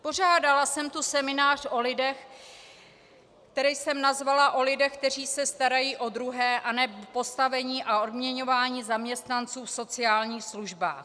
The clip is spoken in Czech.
Pořádala jsem tu seminář o lidech, který jsem nazvala O lidech, kteří se starají o druhé, aneb Postavení a odměňování zaměstnanců v sociálních službách.